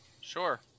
sure